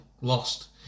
lost